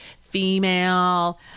female